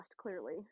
clearly